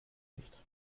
nicht